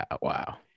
Wow